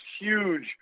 huge